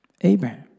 Abraham